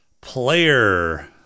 Player